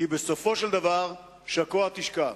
כי בסופו של דבר, שקוע תשקע.